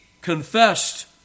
confessed